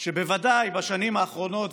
שבוודאי בשנים האחרונות,